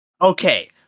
Okay